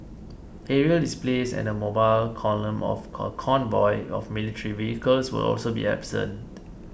aerial displays and the mobile column of a convoy of military vehicles will also be absent